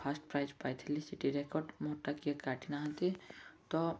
first prize ପାଇଥିଲି ସେଟି record ମୋରଟା କିଏ କାଟିନାହାନ୍ତି ତ